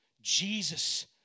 Jesus